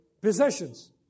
possessions